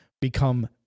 become